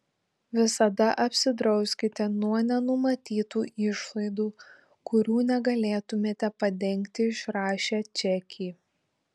visada apsidrauskite nuo nenumatytų išlaidų kurių negalėtumėte padengti išrašę čekį